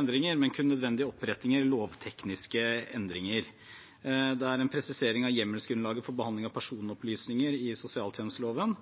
endringer, men kun nødvendige opprettinger, lovtekniske endringer. Det er en presisering av hjemmelsgrunnlaget for behandling av personopplysninger i sosialtjenesteloven.